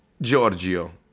Giorgio